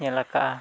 ᱧᱮᱞ ᱟᱠᱟᱜᱼᱟ